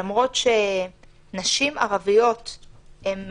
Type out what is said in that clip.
למרות שנשים ערביות הן